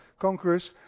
conquerors